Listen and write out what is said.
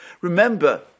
Remember